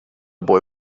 boy